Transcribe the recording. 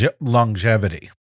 longevity